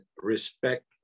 respect